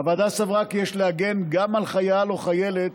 הוועדה סברה כי יש להגן גם על חייל או חיילת